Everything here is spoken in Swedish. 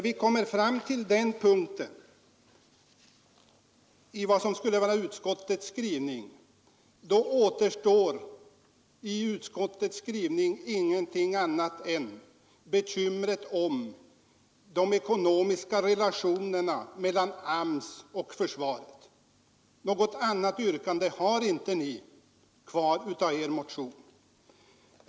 I utskottets skrivning på den punkten återstår ingenting annat än bekymret om att klarlägga de ekonomiska relationerna mellan AMS och försvaret. Något annat yrkande har inte ni kvar av er motion.